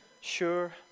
sure